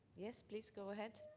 yes, please, go ahead.